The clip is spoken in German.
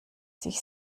sich